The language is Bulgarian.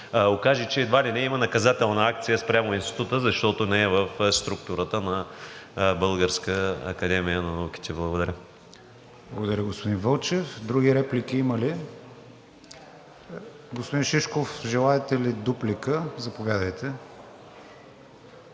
окаже, че едва ли не има наказателна акция спрямо Института, защото не е в структурата на Българската академия на науките. Благодаря. ПРЕДСЕДАТЕЛ КРИСТИАН ВИГЕНИН: Благодаря, господин Вълчев. Други реплики има ли? Господин Шишков, желаете ли дуплика? Заповядайте.